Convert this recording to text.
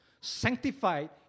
sanctified